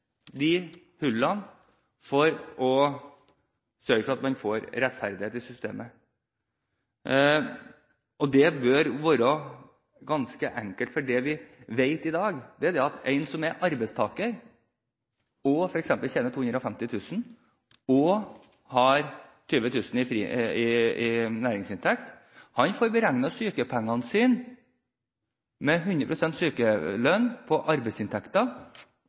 hullene for å sørge for at man får rettferdighet i systemet. Det bør være ganske enkelt. For det vi vet i dag, er at en som er arbeidstaker og tjener f.eks. kr 250 000 og har kr 20 000 i næringsinntekt, får beregnet sykepengene sine med 100 pst. sykelønn på